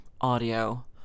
audio